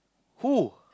who